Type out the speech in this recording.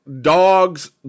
dog's